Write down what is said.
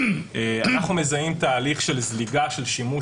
אנחנו מזהים תהליך של זליגה של שימוש